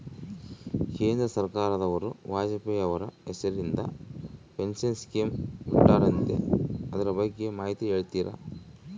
ಕೇಂದ್ರ ಸರ್ಕಾರದವರು ವಾಜಪೇಯಿ ಅವರ ಹೆಸರಿಂದ ಪೆನ್ಶನ್ ಸ್ಕೇಮ್ ಬಿಟ್ಟಾರಂತೆ ಅದರ ಬಗ್ಗೆ ಮಾಹಿತಿ ಹೇಳ್ತೇರಾ?